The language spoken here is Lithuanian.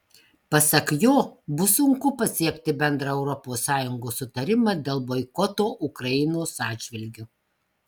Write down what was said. pasak jo bus sunku pasiekti bendrą europos sąjungos sutarimą dėl boikoto ukrainos atžvilgiu